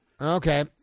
Okay